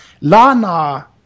Lana